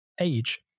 age